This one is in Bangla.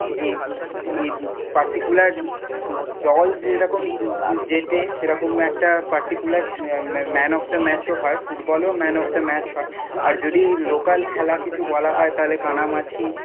এই এই পারটিকুলার দল যেরকম জেতে সেরকম একটা পারটিকুলার ম্যান অফ দা ম্যাচও হয় ফুটবলেও ম্যান অফ দা ম্যাচ হয় আর যদি লোকাল খেলা কিছু বলা হয় তাহলে কানামাছি